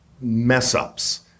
mess-ups